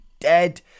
dead